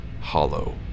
hollow